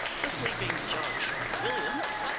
the sleeping john sharp williams,